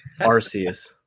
Arceus